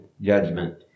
judgment